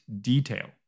detail